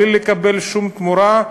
בלי לקבל שום תמורה,